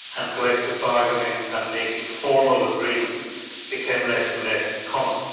and collective bargaining and making formal agreements became less and less common.